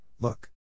look